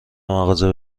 مغازه